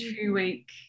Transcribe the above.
two-week